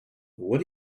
what